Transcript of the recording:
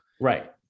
Right